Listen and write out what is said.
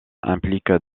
implique